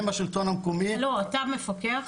והם השלטון המקומי --- אתה מפקח?